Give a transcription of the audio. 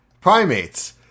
primates